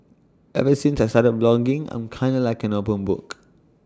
ever since I've started blogging I'm kinda like an open book